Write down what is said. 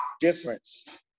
difference